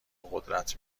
قدرت